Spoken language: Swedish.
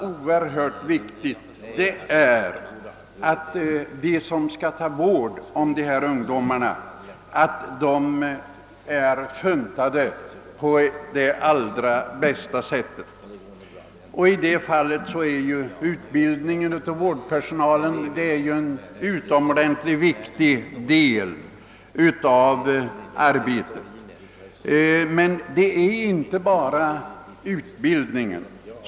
Oerhört viktigt är emellertid att de som skall vårda ungdomarna är så lämpliga som möjligt. Därför är utbildningen av vårdpersonalen en utomordentligt viktig sak. Men det gäller inte bara att ha fått utbildning.